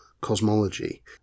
cosmology